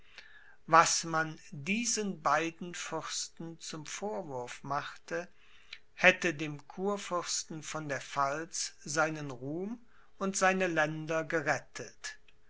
was man diesen beiden fürsten zum vorwurf machte hätte dem kurfürsten von der pfalz seinen ruhm und seine länder gerettet